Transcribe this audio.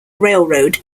railroad